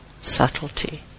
subtlety